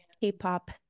k-pop